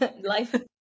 life